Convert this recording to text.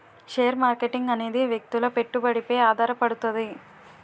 share marketing అనేది వ్యక్తుల పెట్టుబడిపై ఆధారపడుతది